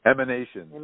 Emanation